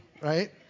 Right